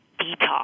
detox